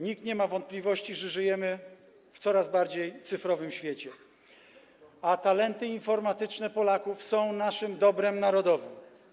Nikt nie ma wątpliwości, że żyjemy w coraz bardziej cyfrowym świecie, a talenty informatyczne Polaków są naszym dobrem narodowym.